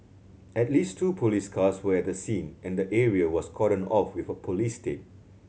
at least two police cars were at the scene and the area was cordoned off with police tape